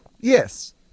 Yes